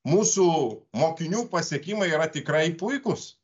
mūsų mokinių pasiekimai yra tikrai puikūs